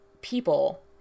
people